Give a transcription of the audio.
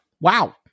wow